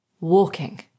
walking